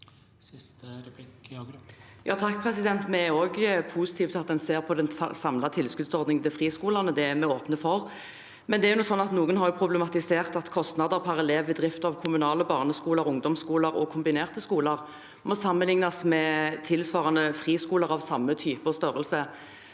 (H) Vi er også positive til at en ser på den samlede tilskuddsordningen til friskolene, det er vi åpne for. Men noen har problematisert at kostnadene per elev ved drift av kommunale barneskoler, ungdomsskoler og kombinerte skoler må sammenlignes med tilsvarende ved friskoler av samme type og størrelse.